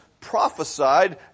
prophesied